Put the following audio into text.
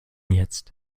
jetzt